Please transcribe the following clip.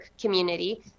community